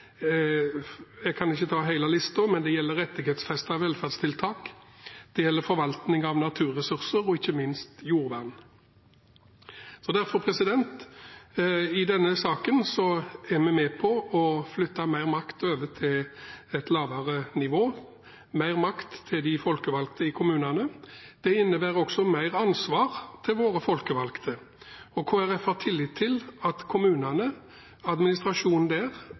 velferdstiltak, forvaltning av naturressurser og ikke minst jordvern. Derfor er vi i denne saken med på å flytte mer makt til et lavere nivå, mer makt til de folkevalgte i kommunene. Det innebærer også mer ansvar til våre folkevalgte, og Kristelig Folkeparti har tillit til at administrasjonen i kommunene